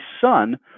son